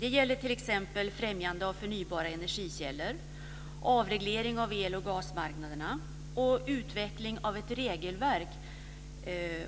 Det gäller t.ex. främjande av förnybara energikällor, avreglering av el och gasmarknaderna samt utveckling av ett regelverk